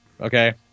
Okay